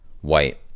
white